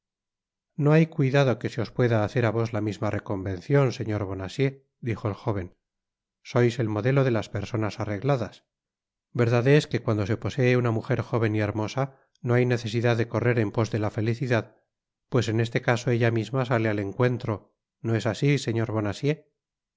no hay cuidado que se os pu da hacer á vos la misma reconvencion señor bonacieux dijo el jóven sois el modelo de las personas arregladas verdad es que cuando se posee una mujer jóven y hermosa no hay necesidad de correr en pos de la felicidad pues en este caso ella misma sale al encuentro no es así señor